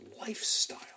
lifestyle